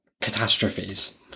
catastrophes